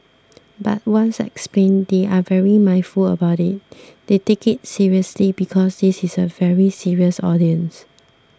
but once explained they are very mindful about it they take it seriously because this is a very serious audience